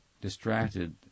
distracted